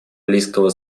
близкого